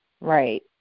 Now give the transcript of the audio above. Right